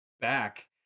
back